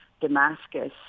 Damascus